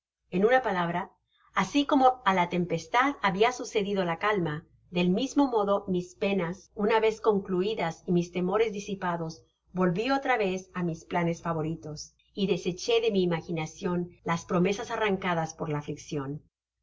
en una palabra así como á la tempestad habia sucedido la calma del mismo modo mis penas una vez concluidas y mis temores disipados volví otra vez á mis planes favoritos y deseché de mi imaginacion las promesas arrancadas por la afliccion